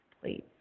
please